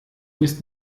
bist